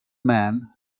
man